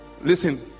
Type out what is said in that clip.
Listen